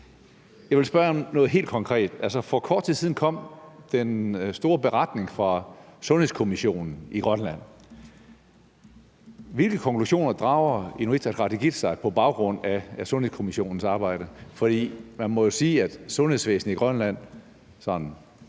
For kort tid siden kom den store beretning fra Sundhedskommissionen i Grønland. Hvilke konklusioner drager Inuit Ataqatigiit på baggrund af Sundhedskommissionens arbejde? For man må jo sige, at sundhedsvæsenet i Grønland